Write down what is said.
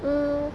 mm